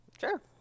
Sure